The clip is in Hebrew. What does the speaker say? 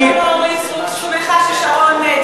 עכשיו הבנתי למה אורית סטרוק שמחה ששרון מת,